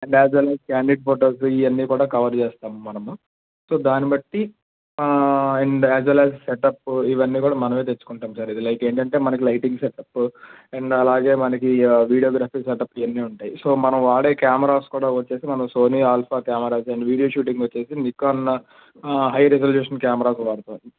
and as well as candidate photos ఇవన్నీ కూడా cover చేస్తాము మనము సో దాన్ని బట్టి and as well as setup ఇవన్నీ కూడా మనం తెచ్చుకుంటాం సార్ ఇది లైక్ ఏంటంటే మనకు లైటింగ్ సెటప్ అండ్ అలాగే మనకు వీడియోగ్రఫీ సెటప్ ఇవి అన్నీ ఉంటాయి సో మనం వాడే కేమెరాస్ వచ్చి మనం Sony alpha cameras and video shooting వచ్చి నికాన్ హై రిజల్యూషన్ కెమెరాస్ కూడా వాడతాము